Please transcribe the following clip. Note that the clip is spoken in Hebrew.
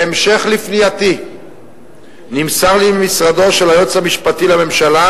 בהמשך לפנייתי נמסר לי ממשרדו של היועץ המשפטי לממשלה